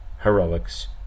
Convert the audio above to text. heroics